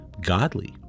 godly